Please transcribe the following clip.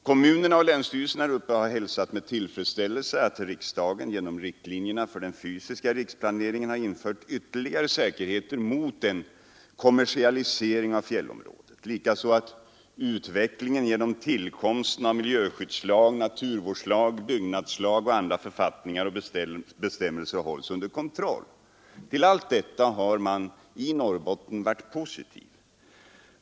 Kommunerna och länsstyrelsen har med tillfredsställelse hälsat att riksdagen genom riktlinjerna för den fysiska riksplaneringen infört ytterligare säkerhet mot en kommersialisering av fjällområdet och likaså att utvecklingen genom tillkomsten av miljöskyddslag, naturvårdslag, byggnadslag och andra författningar och bestämmelser hålls under kontroll. Till allt detta har man i Norrbotten varit positiv.